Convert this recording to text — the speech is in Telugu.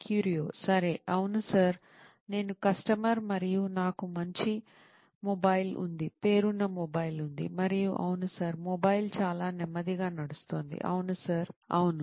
క్యూరియో సరే అవును సార్ నేను కస్టమర్ మరియు నాకు మంచి మొబైల్ ఉంది పేరున్న మొబైల్ ఉంది మరియు అవును సార్ మొబైల్ చాలా నెమ్మదిగా నడుస్తోంది అవును సార్ అవును